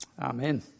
Amen